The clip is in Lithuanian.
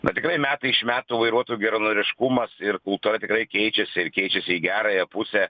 na tikrai metai iš metų vairuotojų geranoriškumas ir kultūra tikrai keičiasi ir keičiasi į gerąją pusę